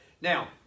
Now